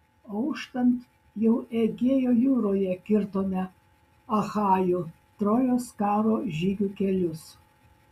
auštant jau egėjo jūroje kirtome achajų trojos karo žygių kelius